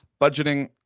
budgeting